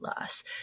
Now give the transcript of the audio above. loss